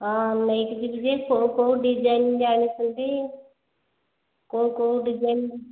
ହଁ ନେଇକି ଯିବି ଯେ କେଉଁ କେଉଁ ଡିଜାଇନ ଜାଣିଛନ୍ତି କେଉଁ କେଉଁ ଡିଜାଇନ